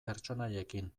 pertsonaiekin